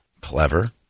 Clever